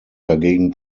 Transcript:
dagegen